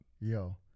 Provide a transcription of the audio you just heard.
Yo